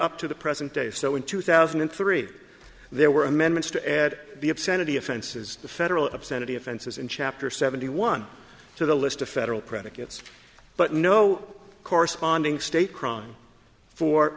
up to the present day so in two thousand and three there were amendments to add the obscenity offenses to federal obscenity offenses in chapter seventy one to the list of federal predicates but no corresponding state crime for